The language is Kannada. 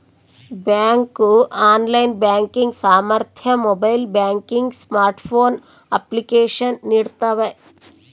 ಬ್ಯಾಂಕು ಆನ್ಲೈನ್ ಬ್ಯಾಂಕಿಂಗ್ ಸಾಮರ್ಥ್ಯ ಮೊಬೈಲ್ ಬ್ಯಾಂಕಿಂಗ್ ಸ್ಮಾರ್ಟ್ಫೋನ್ ಅಪ್ಲಿಕೇಶನ್ ನೀಡ್ತವೆ